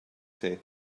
say